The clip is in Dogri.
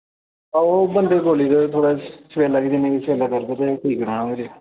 ओह् बिंद सबेल्ला भेजेओ सबेल्ला करना ऐ